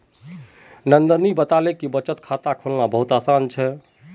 नंदनी बताले कि बचत खाता खोलना बहुत आसान छे